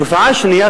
תופעה שנייה,